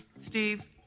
Steve